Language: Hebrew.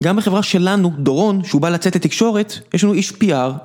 גם בחברה שלנו, דורון, שהוא בא לצאת לתקשורת, יש לנו איש PR.